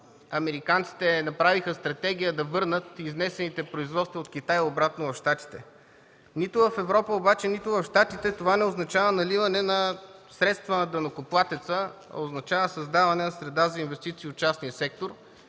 американците направиха стратегия да върнат изнесените производства от Китай обратно в Щатите. Обаче нито в Европа, нито в Щатите това не означава наливане на средства на данъкоплатеца, а означава създаване на среда за инвестиции от частния сектор